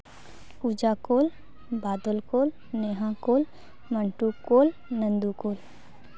ᱯᱩᱡᱟ ᱠᱳᱞ ᱵᱟᱫᱚᱞ ᱠᱳᱞ ᱱᱮᱦᱟ ᱠᱳᱞ ᱢᱟᱱᱰᱩ ᱠᱳᱞ ᱱᱟᱱᱫᱩ ᱠᱳᱞ